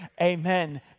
amen